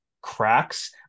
cracks